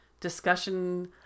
discussion